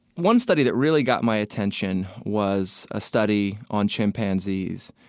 one study that really got my attention was a study on chimpanzees,